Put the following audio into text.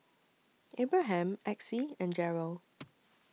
Abraham Exie and Jerrel